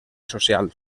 social